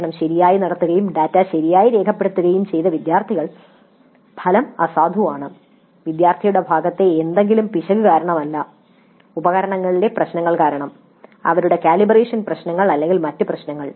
പരീക്ഷണം ശരിയായി നടത്തുകയും ഡാറ്റ ശരിയായി രേഖപ്പെടുത്തുകയും ചെയ്ത വിദ്യാർത്ഥികൾ ഫലങ്ങൾ അസാധുവാണ് വിദ്യാർത്ഥിയുടെ ഭാഗത്തെ ഏതെങ്കിലും പിശക് കാരണം അല്ല ഉപകരണങ്ങളിലെ പ്രശ്നങ്ങൾ കാരണം അവരുടെ കാലിബ്രേഷൻ പ്രശ്നങ്ങൾ അല്ലെങ്കിൽ മറ്റ് ചില പ്രശ്നങ്ങൾ